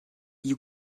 you